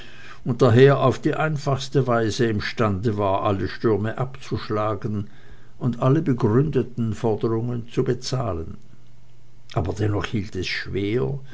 und daher auf die einfachste weise imstande war alle stürme abzuschlagen und alle begründeten forderungen zu bezahlen aber dennoch hielt es schwer